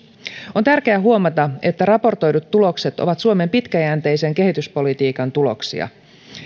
on tärkeä huomata että raportoidut tulokset ovat suomen pitkäjänteisen kehityspolitiikan tuloksia